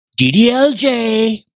DDLJ